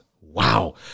wow